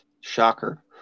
Shocker